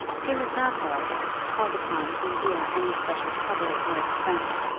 he was not, however, called upon to endure any special trouble or expense,